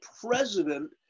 president